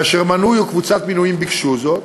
כאשר מנוי או קבוצת מנויים ביקשו זאת